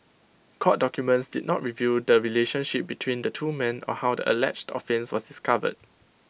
court documents did not reveal the relationship between the two men or how the alleged offence was discovered